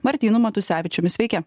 martynu matusevičiumi sveiki